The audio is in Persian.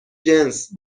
جنس